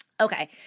Okay